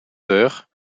heures